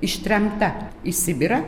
ištremta į sibirą